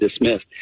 dismissed